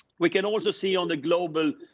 we can also see on the global